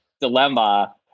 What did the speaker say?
dilemma